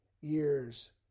years